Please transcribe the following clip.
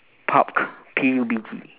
pug P U B G